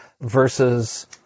versus